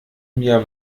mir